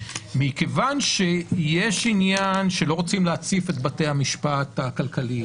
מכיוון שיש עניין שלא רוצים להציף את בתי המשפט הכלכליים